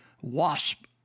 WASP